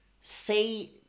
say